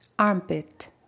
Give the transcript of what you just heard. armpit